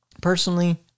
Personally